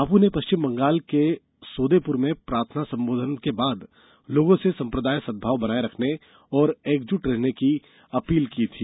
बापू ने पश्चिम बंगाल के सोदेपुर में प्रार्थना संबोधन के बाद लोगों से साम्प्रदायिक सद्भाव बनाये रखने और एकजुट रहने की अपील की थी